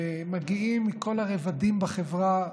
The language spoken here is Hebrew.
ומגיעים אליהן מכל הרבדים בחברה,